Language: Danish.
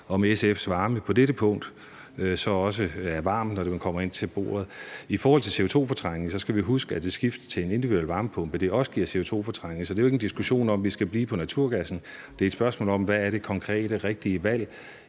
om SF's varme på dette punkt så også stadig væk er der, når vi kommer ind til bordet. I forhold til CO2-fortrængning skal vi huske, at et skift til en individuel varmepumpe også giver CO2-fortrængning, så det er jo ikke en diskussion om, om vi skal blive på naturgassen. Det er et spørgsmål om, hvad det rigtige at